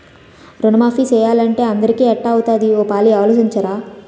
రుణమాఫీ సేసియ్యాలంటే అందరికీ ఎట్టా అవుతాది ఓ పాలి ఆలోసించరా